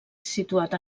situat